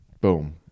boom